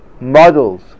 models